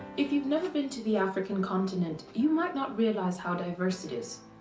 if you've never been to the african continent, you might not realize how diverse it is.